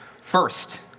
First